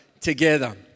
together